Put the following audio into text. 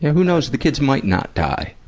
who knows? the kids might not die.